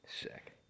Sick